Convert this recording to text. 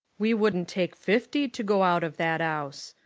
we wouldn't take fifty to go out of that ouse.